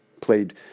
Played